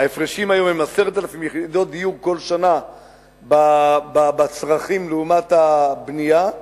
ההפרשים היום הם 10,000 יחידות דירות כל שנה בצרכים לעומת הבנייה,